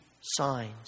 signs